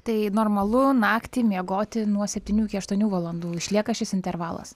tai normalu naktį miegoti nuo septynių iki aštuonių valandų išlieka šis intervalas